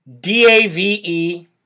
D-A-V-E